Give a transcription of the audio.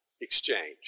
exchange